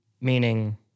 meaning